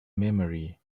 memory